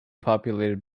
populated